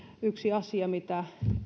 yksi asia mitä